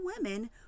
women